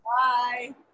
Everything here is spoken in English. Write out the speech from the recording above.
Bye